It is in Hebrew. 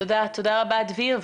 תודה רבה, דביר.